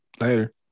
Later